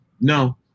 no